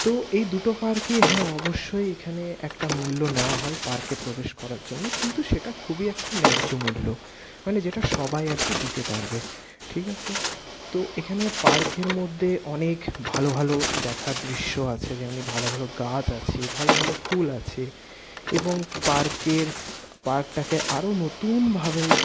তো এই দুটো পার্কই হ্যাঁ অবশ্যই এখানে একটা মূল্য নেওয়া হয় পার্কে প্রবেশ করার জন্যে কিন্তু সেটা খুবই একটা ন্যায্য মূল্য মানে যেটা সবাই আর কি দিতে পারবে ঠিক আছে তো এখানে পার্কের মধ্যে অনেক ভালো ভালো দেখার দৃশ্য আছে যেমনি ভালো ভালো গাছ আছে ভালো ভালো ফুল আছে এবং পার্কের পার্কটাকে আরও নতুনভাবে